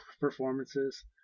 performances